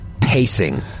pacing